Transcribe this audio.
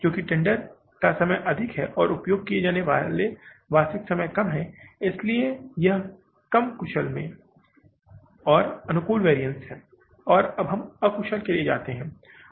क्योंकि टेंडर का समय अधिक और उपयोग का वास्तविक समय कम था इसलिए यह कम कुशल में यह अनुकूल वैरिअन्स है और अब हम अकुशल के लिए जाते हैं